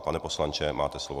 Pane poslanče, máte slovo.